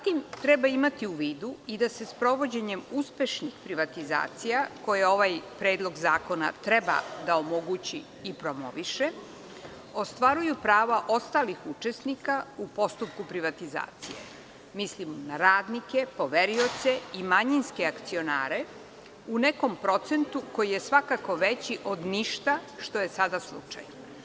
Treba imati u vidu i da se sprovođenjem uspešnih privatizacija koje ovaj predlog zakona treba da omogući i promoviše, ostvaruju prava ostalih učesnika u postupku privatizacije, mislim na radnike, poverioce i manjinske akcionare, u nekom procentu koji je svakako veći od ništa, što je sada slučaj.